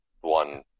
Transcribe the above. one